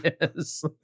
Yes